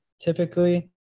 typically